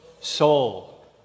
soul